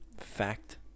fact